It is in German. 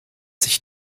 sich